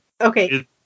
Okay